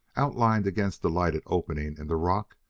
outlined against the lighted opening in the rock,